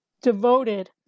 devoted